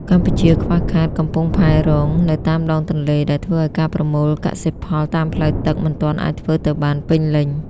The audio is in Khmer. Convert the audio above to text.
កម្ពុជាខ្វះខាត "កំពង់ផែរង" នៅតាមដងទន្លេ ដែលធ្វើឱ្យការប្រមូលកសិផលតាមផ្លូវទឹកមិនទាន់អាចធ្វើទៅបានពេញលេញ។